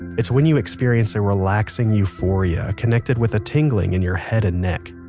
it's when you experience a relaxing euphoria connected with a tingling in your head and neck.